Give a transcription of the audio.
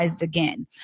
again